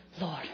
Lord